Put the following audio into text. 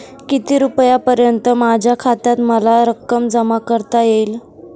किती रुपयांपर्यंत माझ्या खात्यात मला रक्कम जमा करता येईल?